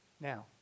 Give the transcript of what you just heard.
Now